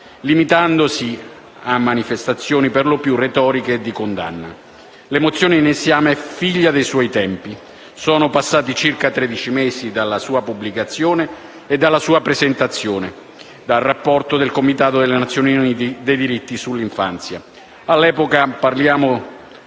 limitandosi a manifestazioni per lo più retoriche di condanna. La mozione in esame è figlia dei suoi tempi: sono passati circa tredici mesi dalla sua pubblicazione e dalla presentazione del rapporto del Comitato delle Nazioni Unite sui diritti dell'infanzia.